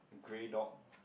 grey dog